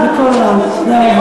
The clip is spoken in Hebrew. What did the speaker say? לעזאזל.